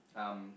um